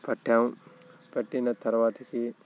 పట్టాము పట్టిన తరువాతకి